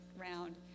round